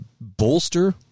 bolster